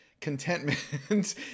contentment